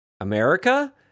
America